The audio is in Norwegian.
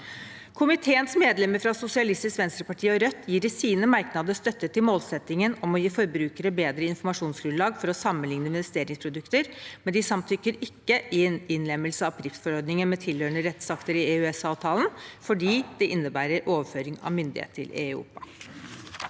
Komiteens medlemmer fra Sosialistisk Venstreparti og Rødt gir i sine merknader støtte til målsettingen om å gi forbrukere bedre informasjonsgrunnlag for å sammenligne investeringsprodukter, men de samtykker ikke i innlemmelse av PRIIPs-forordningen med tilhørende rettsakter i EØS-avtalen, fordi det innebærer overføring av myndighet til EIOPA.